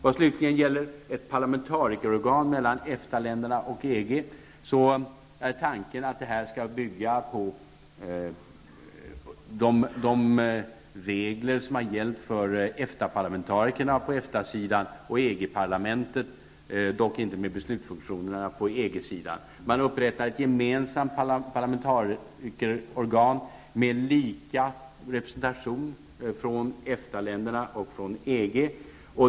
EFTA-länderna och EG är tanken att det skall bygga på de regler som har gällt för EFTA parlamentet, dock icke när det gäller beslutsfunktionerna, på EG-sidan. Man upprättar ett gemensamt parlamentarikerorgan med lika representation för EFTA-länderna och EG.